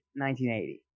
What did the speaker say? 1980